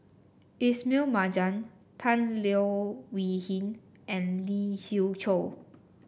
Ismail Marjan Tan Leo Wee Hin and Lee Siew Choh